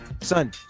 son